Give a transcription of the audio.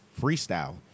freestyle